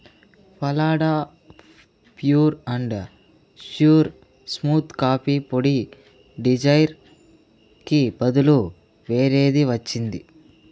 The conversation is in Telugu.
ఫలాడా pure and sure smooth coffee పొడి డిజైర్కి బదులు వేరేది వచ్చింది